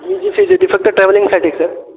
जी फक्त ट्रव्हलिंगसाठी सर